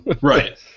Right